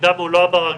במידה והוא לא עבר,